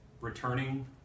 returning